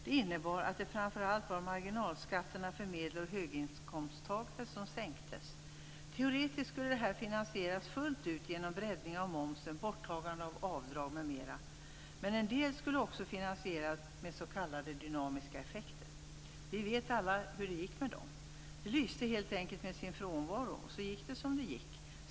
Det innebar att det framför allt var marginalskatterna för medel och höginkomsttagare som sänktes. Teoretiskt skulle detta finansieras fullt ut genom breddning av momsen, borttagande av avdrag m.m. Vi vet alla hur det gick med dem. De lyste helt enkelt med sin frånvaro. Så gick det som det gick.